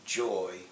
joy